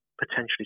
potentially